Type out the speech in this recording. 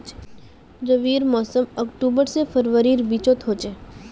रविर मोसम अक्टूबर से फरवरीर बिचोत होचे